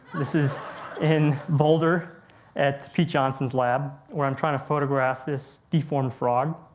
this is in boulder at p. johnson's lab where i'm trying to photograph this deformed frog.